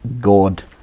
God